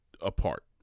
apart